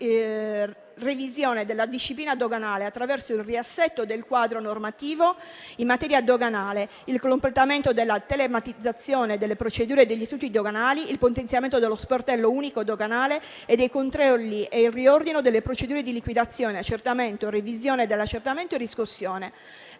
revisione della disciplina doganale, attraverso il riassetto del quadro normativo in materia doganale, il completamento della telematizzazione delle procedure e degli istituti doganali, il potenziamento dello Sportello unico doganale e dei controlli ed il riordino delle procedure di liquidazione, accertamento, revisione dell'accertamento e riscossione.